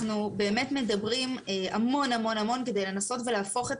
אנחנו באמת מדברים המון כדי לנסות ולהפוך את